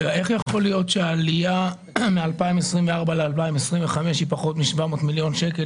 איך יכול להיות שהעלייה מ-2024 ל-2025 היא פחות מ-700 מיליון שקל,